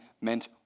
meant